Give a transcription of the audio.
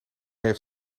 heeft